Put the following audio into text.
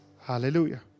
Hallelujah